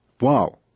Wow